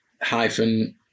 hyphen